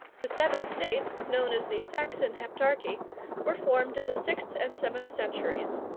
the seven states known as the saxon heptarchy were formed in the sixth and seventh centuries,